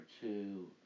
two